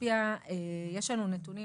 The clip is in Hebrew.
יש לנו נתונים,